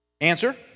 Answer